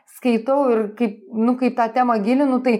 skaitau ir kaip nu kai tą temą gilinu tai